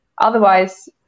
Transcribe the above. otherwise